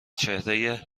چهره